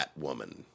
Batwoman